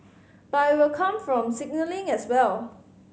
but it will come from signalling as well